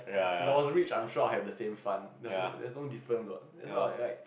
if I was rich I'm sure I have the same fun there's no there's no difference what that's not like